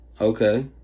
Okay